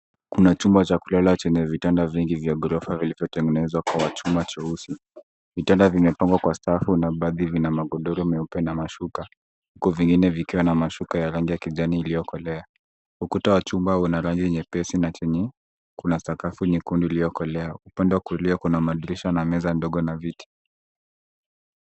Kuna chumba cha kulala chenye vitanda vingi vya ghorofa vilivyotengenezwa kwa chuma cheusi. Vitanda vimepangwa kwa safu na baadhi vina magodoro meupe na mashuka huku vingine vikiwa na mashuka ya rangi ya kijani iliyokolea. Ukuta wa chumba una rangi nyepesi na chini kuna sakafu nyekundu iliyokolea. Upande wa kulia kuna madirisha na meza ndogo na viti.